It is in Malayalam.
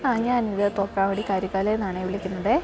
ആ ഞാൻ ഇത് തോക്കാവടി കാരിക്കാലയിൽ നിന്നാണ് വിളിക്കുന്നത്